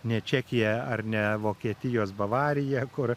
ne čekija ar ne vokietijos bavarija kur